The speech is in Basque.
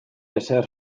ezer